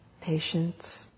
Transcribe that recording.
patience